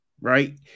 right